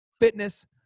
fitness